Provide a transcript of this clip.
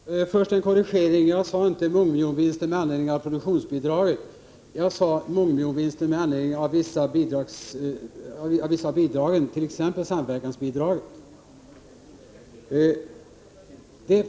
Herr talman! Först en korrigering. Jag sade inte att man gjorde mångmiljonvinster med anledning av produktionsbidraget utan att man gjorde mångmiljonvinster med anledning av vissa av bidragen, t.ex. samverkansbidraget.